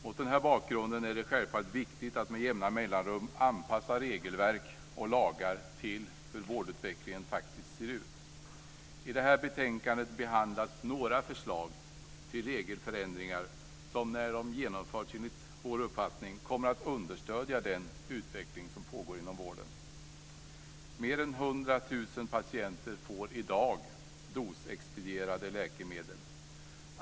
Mot den bakgrunden är det självfallet viktigt att med jämna mellanrum anpassa regelverk och lagar till hur vårdutvecklingen faktiskt ser ut. I detta betänkande behandlas några förslag till regelförändringar som när de genomförts enligt vår uppfattning kommer att understödja den utveckling som pågår inom vården. Men än 100 000 patienter får i dag dosexpedierade läkemedel.